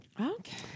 Okay